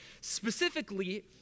specifically